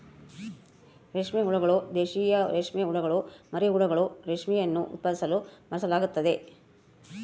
ರೇಷ್ಮೆ ಹುಳುಗಳು, ದೇಶೀಯ ರೇಷ್ಮೆಹುಳುಗುಳ ಮರಿಹುಳುಗಳು, ರೇಷ್ಮೆಯನ್ನು ಉತ್ಪಾದಿಸಲು ಬಳಸಲಾಗ್ತತೆ